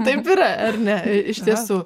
taip yra ar ne iš tiesų